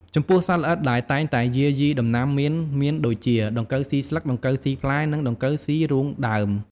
ចំពោះសត្វល្អិតដែលតែងយាយីដំណាំមៀនមានដូចជា ដង្កូវស៊ីស្លឹក ដង្កូវស៊ីផ្លែ និង ដង្កូវស៊ីរូងដើម។